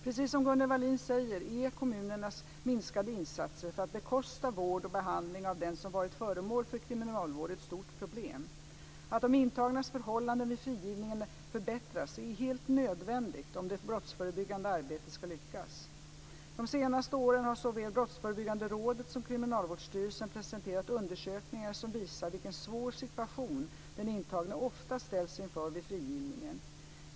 Precis som Gunnel Wallin säger är kommunernas minskade insatser för att bekosta vård och behandling av den som varit föremål för kriminalvård ett stort problem. Att de intagnas förhållande vid frigivningen förbättras är helt nödvändigt om det brottsförebyggande arbetet ska lyckas. De senaste åren har såväl Brottsförebyggande rådet som Kriminalvårdsstyrelsen presenterat undersökningar som visat vilken svår situation den intagne ofta ställs inför vid frigivningen.